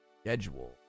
schedule